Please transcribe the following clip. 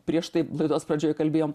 prieš tai laidos pradžioj kalbėjom